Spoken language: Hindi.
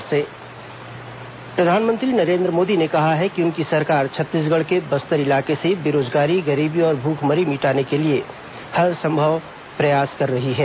नरेन्द्र मोदी छत्तीसगढ़ प्रधानमंत्री नरेन्द्र मोदी ने कहा है कि उनकी सरकार छत्तीसगढ़ के बस्तर इलाके से बेरोजगारी गरीबी और भूखमरी मिटाने के लिए हरसंभव प्रयास कर रही है